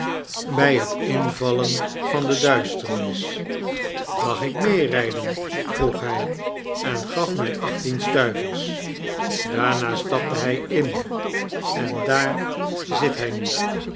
bij t dnvallen van de duistiernis j'mag ik meerijden vroeg hij en gaf mij achttden stuivers daarna stapte hij in en daar zit hij nu